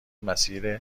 مسیر